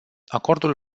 acordul